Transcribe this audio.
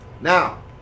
Now